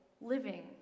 living